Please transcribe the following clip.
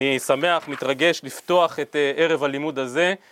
אני שמח, מתרגש לפתוח את ערב הלימוד הזה